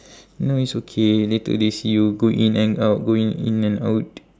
no it's okay later they see you go in and out going in and out